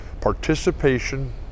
participation